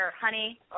honey